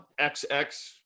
XX